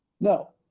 No